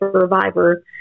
survivor